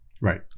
Right